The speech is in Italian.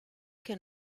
che